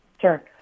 Sure